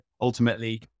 ultimately